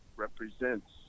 represents